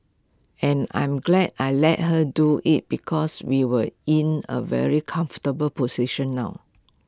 and I'm glad I let her do IT because we were in A very comfortable position now